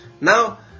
Now